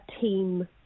team